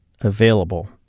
available